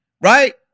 Right